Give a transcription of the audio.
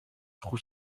goed